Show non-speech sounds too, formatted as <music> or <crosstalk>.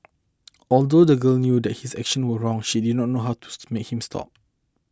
although the girl knew that his action were wrong she did not know how to <noise> make him stop